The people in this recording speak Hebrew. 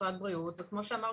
משרד הבריאות ד"ר אסנת